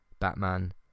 Batman